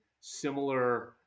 similar